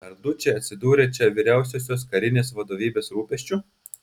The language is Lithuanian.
ar dučė atsidūrė čia vyriausiosios karinės vadovybės rūpesčiu